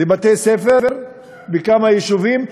לבתי-ספר בכמה יישובים,